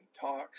talks